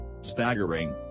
Staggering